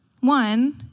one